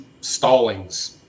stallings